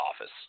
office